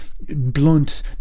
blunt